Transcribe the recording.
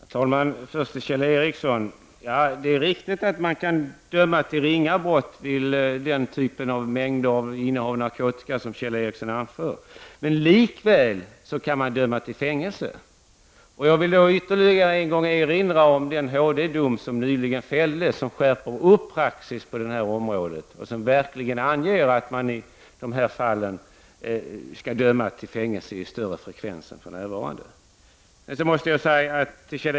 Herr talman! Först vänder jag mig till Kjell Ericsson. Ja, det är riktigt att det bedöms vara ett ringa brott om man innehar de mängder narkotika som anfördes här. Men man kan likväl döma till fängelse. Ännu en gång vill jag erinra om den HD-dom som nyligen fälldes. Härigenom åstadkoms en skärpning av praxis på detta område. Det anges verkligen att man i sådana här fall skall döma till fängelse oftare än som för närvarande är fallet.